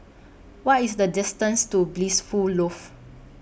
What IS The distance to Blissful Loft